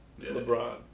LeBron